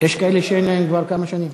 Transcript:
יש כאלה שאין להם כבר כמה שנים.